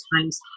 times